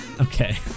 Okay